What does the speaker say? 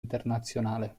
internazionale